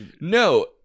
No